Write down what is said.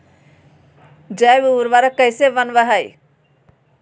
जैव उर्वरक कैसे वनवय हैय?